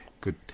Good